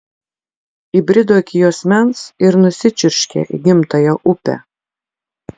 įbrido iki juosmens ir nusičiurškė į gimtąją upę